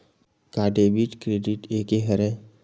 का debit credit एके हरय?